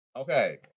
Okay